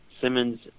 Simmons